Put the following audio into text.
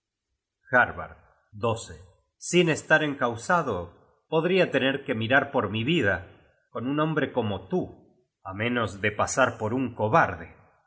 at harbard sin estar encausado podria tener que mirar por mi vida con un hombre como tú á menos de pasar por un cobarde y